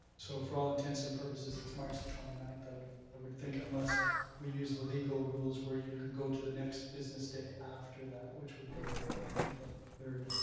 so for all intents and purposes it's march the twenty ninth, i would i would think, unless we use the legal rules where you can go to the next business day after that, which will be april third.